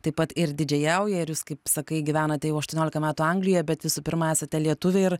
taip pat ir didžėjauja ir jūs kaip sakai gyvenate jau aštuoniolika metų anglijoje bet visų pirma esate lietuviai ir